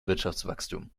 wirtschaftswachstum